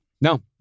No